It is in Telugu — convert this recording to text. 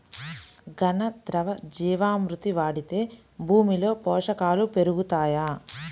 ఘన, ద్రవ జీవా మృతి వాడితే భూమిలో పోషకాలు పెరుగుతాయా?